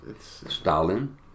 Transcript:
Stalin